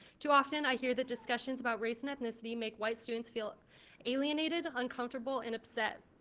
too often i hear that discussions about race and ethnicity make white students feel alienated uncomfortable and upset.